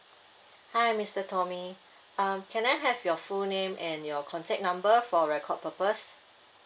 hi mister tommy um can I have your full name and your contact number for record purpose